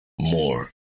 more